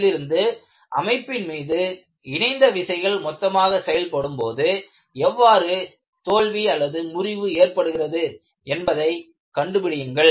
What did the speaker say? அதிலிருந்து அமைப்பின் மீது இணைந்த விசைகள் மொத்தமாக செயல்படும்போது எவ்வாறு தோல்வி முறிவு ஏற்படுகிறது என்பதை கண்டுபிடியுங்கள்